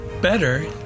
better